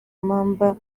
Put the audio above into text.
mamba